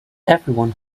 everyone